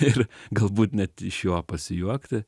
ir galbūt net iš jo pasijuokti